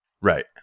right